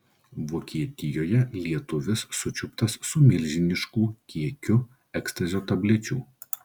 vokietijoje lietuvis sučiuptas su milžinišku kiekiu ekstazio tablečių